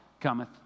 cometh